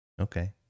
Okay